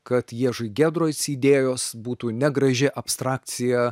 kad jiežui gedroic idėjos būtų ne graži abstrakcija